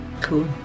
Cool